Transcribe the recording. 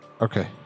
Okay